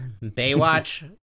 Baywatch